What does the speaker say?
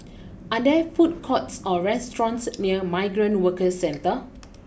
are there food courts or restaurants near Migrant Workers Centre